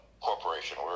corporation